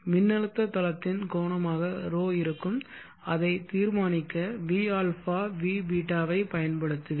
மின்னழுத்த தளத்தின் கோணமாக ρ இருக்கும் அதை தீர்மானிக்க vα vß ஐப் பயன்படுத்துவேன்